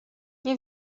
nie